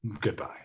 Goodbye